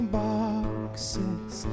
boxes